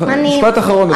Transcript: משפט אחרון בבקשה.